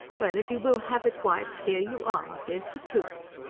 well, if you will have it, wife, here you are. here's the truth.